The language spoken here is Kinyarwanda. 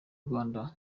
rwanda